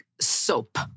soap